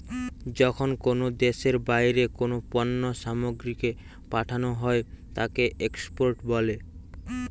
যখন কোনো দ্যাশের বাহিরে কোনো পণ্য সামগ্রীকে পাঠানো হই তাকে এক্সপোর্ট বলে